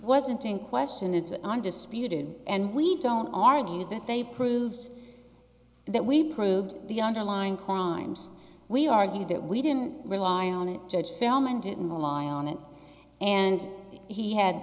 wasn't in question it's an undisputed and we don't argue that they proved that we proved the underlying crimes we argued that we didn't rely on a judge film and didn't rely on it and he had